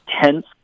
tense